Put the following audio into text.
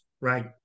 right